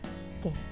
skin